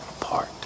apart